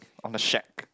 on the shack